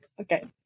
okay